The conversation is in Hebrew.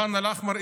ח'אן אל-אחמר,